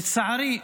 לצערי,